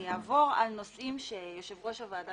אני אעבור על הנושאים שיושב-ראש הוועדה